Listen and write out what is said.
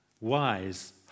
wise